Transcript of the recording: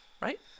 right